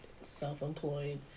self-employed